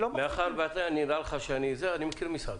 אני מכיר מסעדות,